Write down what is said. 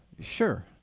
sure